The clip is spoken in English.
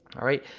alright,